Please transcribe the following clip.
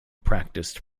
practiced